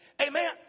Amen